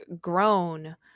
grown